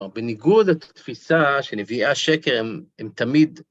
אבל בניגוד לתפיסה שנביאי השקר, הם תמיד...